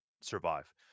survive